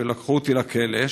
לקחו אותי לכלא,